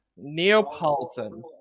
Neapolitan